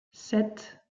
sept